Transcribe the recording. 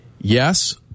Yes